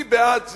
אני בעד זה.